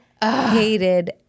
hated